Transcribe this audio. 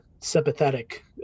sympathetic